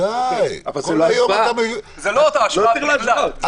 זו לא אותה השוואה בכלל.